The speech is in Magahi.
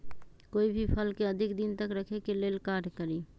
कोई भी फल के अधिक दिन तक रखे के ले ल का करी?